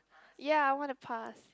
ya I want to pass